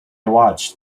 watched